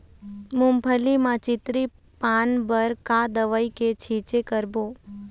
मूंगफली म चितरी पान बर का दवई के छींचे करबो?